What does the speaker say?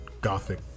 gothic